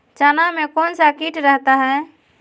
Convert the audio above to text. चना में कौन सा किट रहता है?